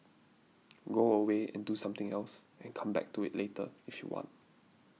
go away and do something else and come back to it later if you want